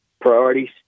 priorities